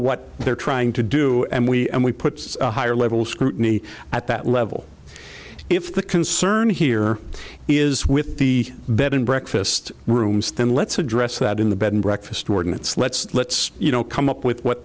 what they're trying to do and we and we put a higher level of scrutiny at that level if the concern here is with the bed and breakfast rooms then let's address that in the bed and breakfast ordinance let's let's you know come up with what